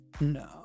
No